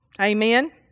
Amen